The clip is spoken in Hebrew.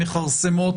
שמכרסמות